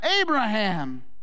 Abraham